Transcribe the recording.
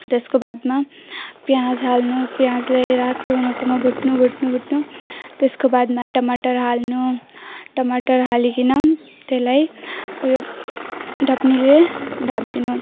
त्यसको बादमा पियाज हाल्नु पियाजलाई रातो हुनेसम्म भुट्नु भुट्नु भुट्नु त्यसको बादमा टमाटर हाल्नु टमाटर हालिकन त्यसलाई उयो ढकनीले ढाकिदिनु